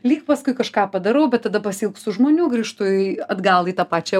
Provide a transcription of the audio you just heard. lyg paskui kažką padarau bet tada pasiilgstu žmonių grįžtu į atgal į tą pačią